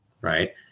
right